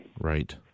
Right